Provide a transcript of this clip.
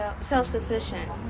Self-sufficient